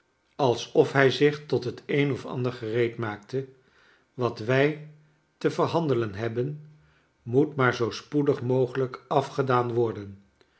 alsof hij zich tot het een of ander gereedmaakte wat wij te verhandelen hebben moet maar zoo spoedig mogelijk afgedaan worden